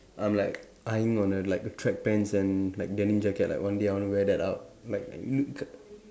I'm like eyeing on a like a track pants and like denim jacket like one day I want to wear that out like